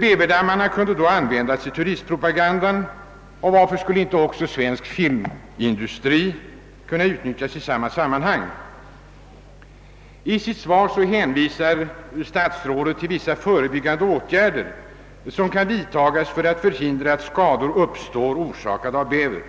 Bäverdammarna kunde då användas i turistpropaganda. Varför skulle inte också svensk filmindustri kunna göra en insats i sammanhanget? I sitt svar hänvisar statsrådet till vissa förebyggande åtgärder som kan vidtagas för att förhindra att skador uppstår, orsakade av bäver,